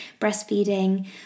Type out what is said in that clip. breastfeeding